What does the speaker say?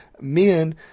men